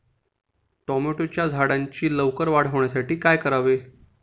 टोमॅटोच्या झाडांची लवकर वाढ होण्यासाठी काय करावे?